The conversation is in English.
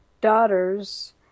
daughters